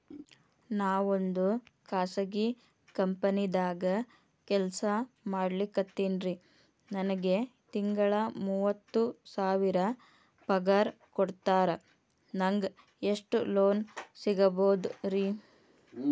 ನಾವೊಂದು ಖಾಸಗಿ ಕಂಪನಿದಾಗ ಕೆಲ್ಸ ಮಾಡ್ಲಿಕತ್ತಿನ್ರಿ, ನನಗೆ ತಿಂಗಳ ಮೂವತ್ತು ಸಾವಿರ ಪಗಾರ್ ಕೊಡ್ತಾರ, ನಂಗ್ ಎಷ್ಟು ಲೋನ್ ಸಿಗಬೋದ ರಿ?